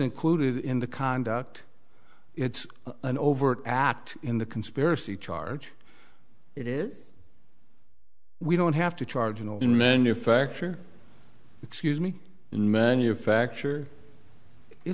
included in the conduct it's an overt act in the conspiracy charge it is we don't have to charge you know in manufacture excuse me in manufacture it